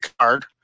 card